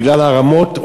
בגלל הרמות,